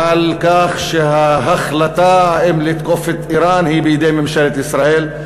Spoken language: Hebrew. על כך שההחלטה אם לתקוף את איראן היא בידי ממשלת ישראל.